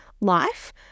life